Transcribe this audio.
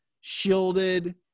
shielded